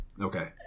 Okay